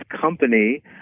company